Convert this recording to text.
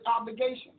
obligation